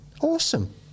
Awesome